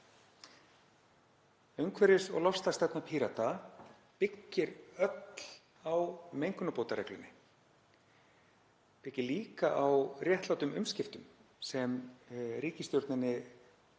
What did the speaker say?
Umhverfis- og loftslagsstefna Pírata byggir öll á mengunarbótareglunni. Hún byggir líka á réttlátum umskiptum sem ríkisstjórninni